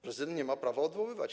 Prezydent nie ma prawa ich odwoływać.